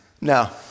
no